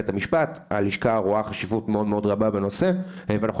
הלשכה רואה חשיבות מאוד מאוד רבה בנושא ואנחנו